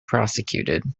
prosecuted